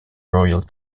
royal